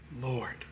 Lord